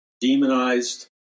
demonized